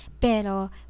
pero